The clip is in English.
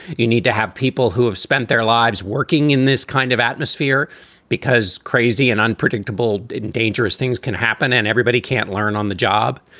you need to have people who have spent their lives working in this kind of atmosphere because crazy and unpredictable and dangerous things can happen and everybody can't learn on the job.